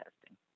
testing